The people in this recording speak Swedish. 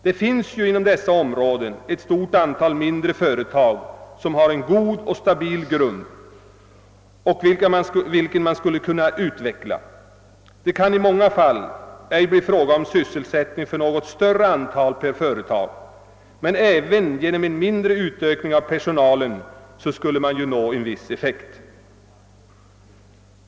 Det finns ju inom detta område ett stort antal mindre företag som har en god och stabil grund och som skulle kunna utvecklas. Det kan i många fall ej bli fråga om någon större sysselsättningsökning, men även genom en mindre utökning av personalen skulle man kunna nå en viss effekt.